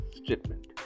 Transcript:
statement